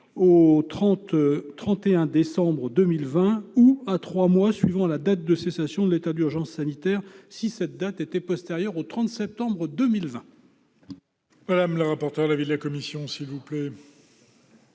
au 31 décembre 2020 ou à trois mois après la date de cessation de l'état d'urgence sanitaire, si cette date était postérieure au 30 septembre